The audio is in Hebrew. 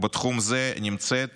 בתחום זה נמצאת